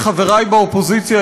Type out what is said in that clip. חברי באופוזיציה,